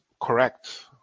correct